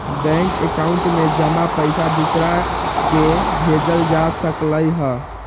bank account में जमा पईसा दूसरा के भेजल जा सकलई ह